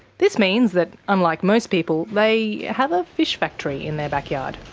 this means that, unlike most people, they have a fish factory in their backyard.